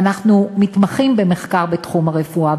ואנחנו מתמחים במחקר בתחום הרפואה,